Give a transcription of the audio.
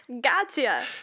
Gotcha